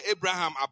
Abraham